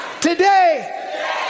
today